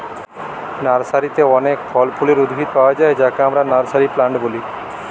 নার্সারিতে অনেক ফল ফুলের উদ্ভিদ পায়া যায় যাকে আমরা নার্সারি প্লান্ট বলি